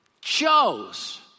chose